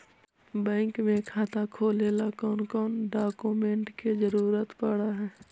Bank में खाता खोले ल कौन कौन डाउकमेंट के जरूरत पड़ है?